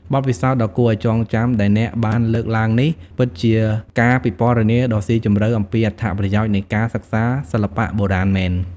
បទពិសោធន៍ដ៏គួរឱ្យចងចាំដែលអ្នកបានលើកឡើងនេះ ពិតជាការពិពណ៌នាដ៏ស៊ីជម្រៅអំពីអត្ថប្រយោជន៍នៃការសិក្សាសិល្បៈបុរាណមែន។